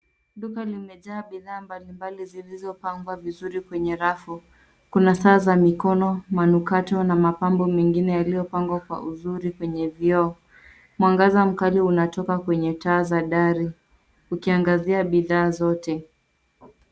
Duka limejaa bidhaa mbali mbali zilizopangwa vizuri kwenye rafu. Kuna saa za mikono, manukato na mapambo mengine yaliyopangwa kwa uzuri kwenye vioo. Mwangaza mkali unatoka kwenye taa za dari ukiangazia bidhaa zote.